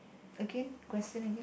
again question again